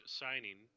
signing